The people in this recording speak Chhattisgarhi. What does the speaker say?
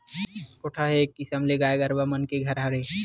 कोठा ह एक किसम ले गाय गरुवा मन के घर हरय